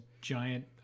giant